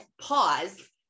pause